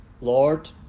Lord